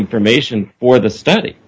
information for the study